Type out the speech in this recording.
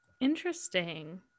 Interesting